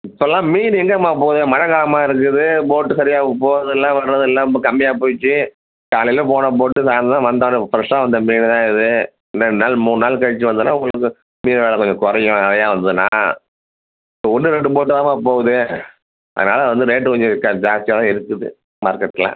இப்போல்லாம் மீன் எங்கேம்மா போது மழை காலமாக இருக்குது போட்டு சரியாகவும் போகறதும் இல்லை வரதும் இல்லை ரொம்ப கம்மியாக போயிடுச்சு காலையில் போன போட்டு சாயந்தரம் வந்தொன்னே ஃப்ரெஷ்ஷாக வந்த மீன் தான் இது இன்னும் ரெண்டு நாள் மூண் நாள் கழிச்சு வந்தன்னா உங்களுக்கு மீன் வில கொஞ்சம் குறையும் நிறையா வந்ததுன்னா ஒன்று ரெண்டு போட்டு தாம்மா போகுது அதனால வந்து ரேட்டு கொஞ்சம் க ஜாஸ்தியா தான் இருக்குது மார்க்கெட்டில்